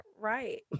Right